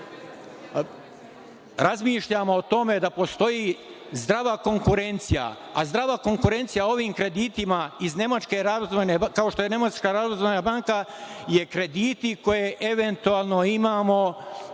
razmišljamo o tome da postoji zdrava konkurencija, a zdrava konkurencija ovim kreditima, kao što je Nemačka Razvojna banka je krediti koje eventualno imamo